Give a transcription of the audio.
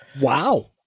wow